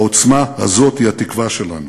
העוצמה הזאת היא התקווה שלנו.